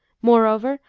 moreover,